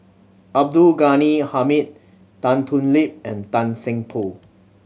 Abdul Ghani Hamid Tan Thoon Lip and Tan Seng Poh